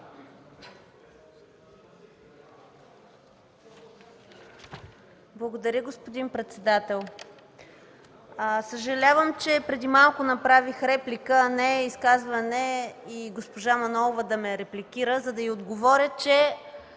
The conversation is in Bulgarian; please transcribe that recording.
Благодаря, господин председател. Съжалявам че преди малко направих реплика, а не изказване и госпожа Манолова да ме репликира, за да й отговоря, че